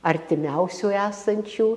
artimiausių esančių